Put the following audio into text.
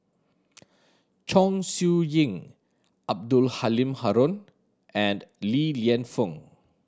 Chong Siew Ying Abdul Halim Haron and Li Lienfung